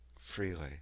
Freely